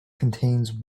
contains